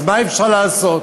אז מה אפשר לעשות?